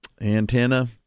antenna